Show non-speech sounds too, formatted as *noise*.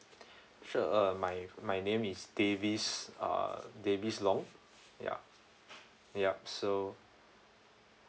*breath* sure uh my my name is davis uh davis long ya yup so